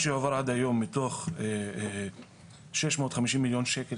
מה שעבר עד היום מתוך שש מאות חמישים מיליון שקל,